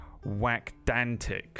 whackdantic